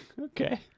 Okay